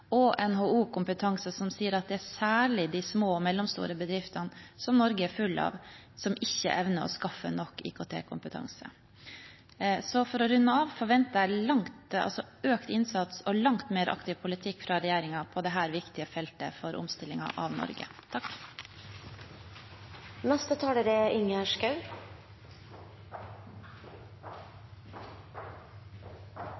og NHO Kompetanse, som sier at det er særlig de små og mellomstore bedriftene, som Norge er full av, som ikke evner å skaffe nok IKT-kompetanse. Så for å runde av forventer jeg økt innsats og langt mer aktiv politikk fra regjeringen på dette viktige feltet for omstilling av Norge. Først vil jeg benytte anledningen til å takke statsråden for en god redegjørelse. Jeg synes særlig det er